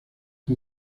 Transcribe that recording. con